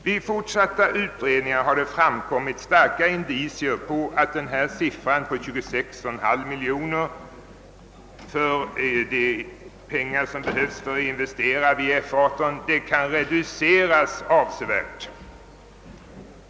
Vid fortsatta utredningar har det framkommit starka indicier på att dessa 26,5 miljoner kronor, d.v.s. de pengar som behöver investeras i F 138, kan reduceras avsevärt.